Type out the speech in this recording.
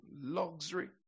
luxury